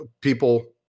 people